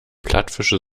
plattfische